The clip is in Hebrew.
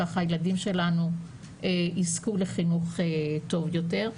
ככה הילדים שלנו יזכו לחינוך טוב יותר.